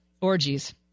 orgies